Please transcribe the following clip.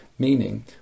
Meaning